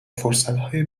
فرصتهای